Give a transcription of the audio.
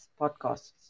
podcasts